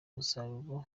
umusaruro